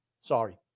Sorry